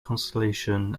constellation